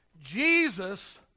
Jesus